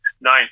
nine